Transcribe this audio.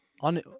on